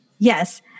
Yes